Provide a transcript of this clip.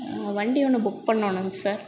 வண்டி ஒன்று புக் பண்ணணுங்க சார்